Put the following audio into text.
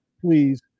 please